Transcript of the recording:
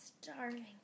starving